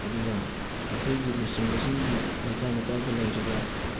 ꯑꯗꯨꯒ ꯑꯩꯈꯣꯏꯒꯤ ꯂꯨꯆꯤꯡꯕꯁꯤꯡꯒꯤ ꯂꯩꯀꯥꯏ ꯂꯩꯀꯥꯏꯗ ꯂꯩꯔꯤꯕ